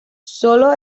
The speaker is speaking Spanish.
solo